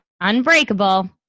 Unbreakable